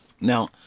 Now